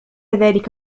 ذلك